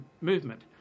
movement